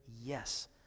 Yes